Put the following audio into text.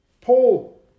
Paul